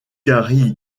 gary